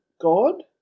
God